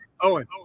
Owen